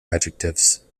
adjectives